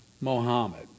Mohammed